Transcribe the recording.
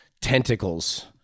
tentacles